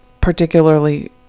particularly